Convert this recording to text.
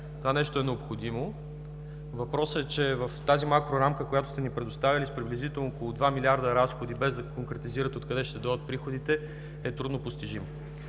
това нещо е необходимо. Въпросът е, че тази макрорамка, която сте ни предоставили, с приблизително около 2 милиарда разходи, без да конкретизирате откъде ще дойдат приходите е трудно постижима.